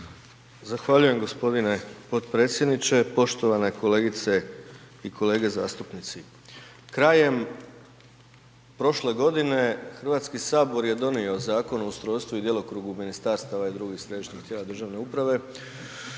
Zahvaljujem gospodine potpredsjedniče. Poštovane kolegice i kolege zastupnici. Krajem prošle godine Hrvatski sabor je donio Zakon o ustrojstvu i djelokrugu ministarstava i drugih središnjih tijela državne uprave